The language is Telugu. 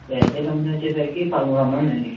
ఎల్జె కంపెనీ వచ్చేసరికి పదమూడు వందలు ఉందండి